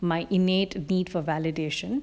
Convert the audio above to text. my innate need for validation